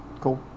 cool